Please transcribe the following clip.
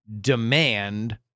demand